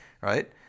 right